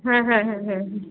হ্যাঁ হ্যাঁ হ্যাঁ হ্যাঁ হ্যাঁ